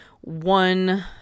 one